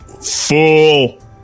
Fool